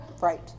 Right